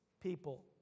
people